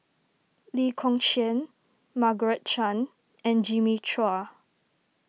Lee Kong Chian Margaret Chan and Jimmy Chua